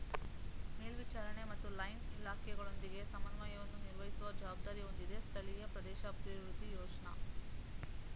ಮೇಲ್ವಿಚಾರಣೆ ಮತ್ತು ಲೈನ್ ಇಲಾಖೆಗಳೊಂದಿಗೆ ಸಮನ್ವಯವನ್ನು ನಿರ್ವಹಿಸುವ ಜವಾಬ್ದಾರಿ ಹೊಂದಿದೆ ಸ್ಥಳೀಯ ಪ್ರದೇಶಾಭಿವೃದ್ಧಿ ಯೋಜ್ನ